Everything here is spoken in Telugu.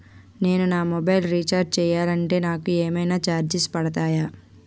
నేను నా మొబైల్ రీఛార్జ్ చేయాలంటే నాకు ఏమైనా చార్జెస్ పడతాయా?